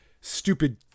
Stupid